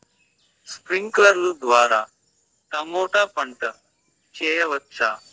స్ప్రింక్లర్లు ద్వారా టమోటా పంట చేయవచ్చా?